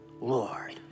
Lord